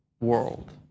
world